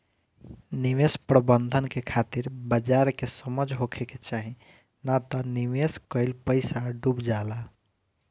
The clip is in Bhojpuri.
निवेश प्रबंधन के खातिर बाजार के समझ होखे के चाही नात निवेश कईल पईसा डुब जाला